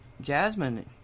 Jasmine